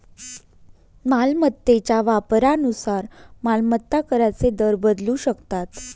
मालमत्तेच्या वापरानुसार मालमत्ता कराचे दर बदलू शकतात